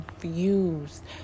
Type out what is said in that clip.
confused